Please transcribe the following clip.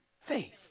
faith